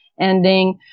ending